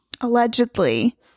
allegedly